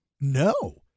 No